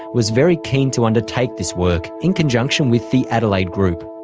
was very keen to undertake this work, in conjunction with the adelaide group.